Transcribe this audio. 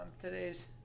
today's